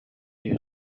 you